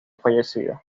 fallecido